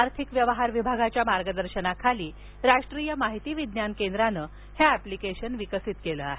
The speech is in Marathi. आर्थिक व्यवहार विभागाच्या मार्गदर्शनाखाली राष्ट्रीय माहितीविज्ञान केंद्रानं हे ऍप्लिकेशन विकसित केलं आहे